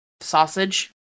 sausage